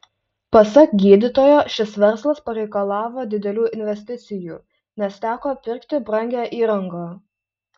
pasak gydytojo šis verslas pareikalavo didelių investicijų nes teko pirkti brangią įrangą